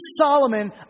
Solomon